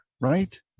right